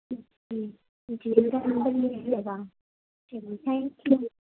جی ایک بار ہم سے مل لیجیے گا ٹھیک تھینک یو